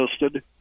listed